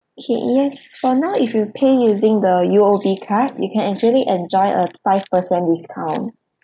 okay yes for now if you pay using the U_O_B card you can actually enjoy a five percent discount